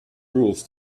rules